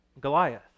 Goliath